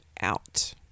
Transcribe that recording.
out